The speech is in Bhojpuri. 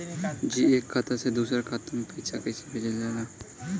जी एक खाता से दूसर खाता में पैसा कइसे भेजल जाला?